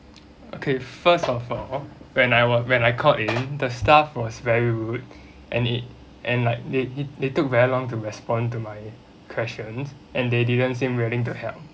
okay first of all when I were when I called in the staff was very rude and it and like they they took very long to respond to my questions and they didn't seem willing to help